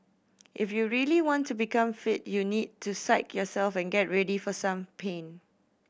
if you really want to become fit you need to psyche yourself and get ready for some pain